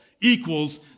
equals